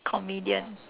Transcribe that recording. comedian